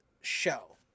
show